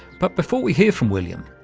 but before we hear from william,